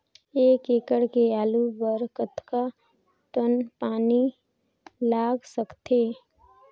एक एकड़ के आलू बर कतका टन पानी लाग सकथे?